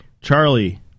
Charlie